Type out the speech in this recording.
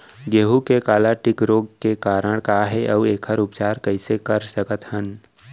गेहूँ के काला टिक रोग के कारण का हे अऊ एखर उपचार कइसे कर सकत हन?